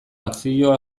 akzio